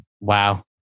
Wow